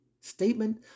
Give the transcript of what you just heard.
statement